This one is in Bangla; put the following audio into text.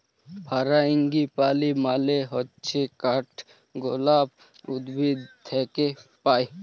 ফারাঙ্গিপালি মানে হচ্যে কাঠগলাপ উদ্ভিদ থাক্যে পায়